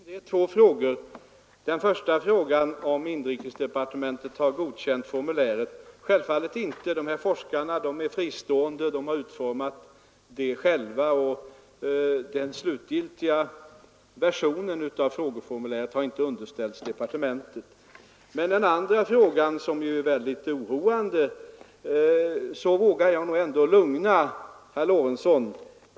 Herr talman! Här har vi två frågor. Den första frågan gäller om inrikesdepartementet har godkänt formuläret. Självfallet inte. Dessa forskare är fristående, och de har utformat formuläret själva. Den slutgiltiga versionen av frågeformuläret har inte underställts departementet. Beträffande den andra frågan, som är väldigt oroande, vågar jag ändå lugna herr Lorentzon.